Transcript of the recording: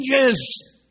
changes